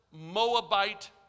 Moabite